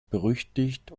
berüchtigt